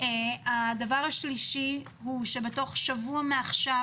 דבר שלישי הוא בתוך שבוע מעכשיו,